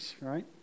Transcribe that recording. right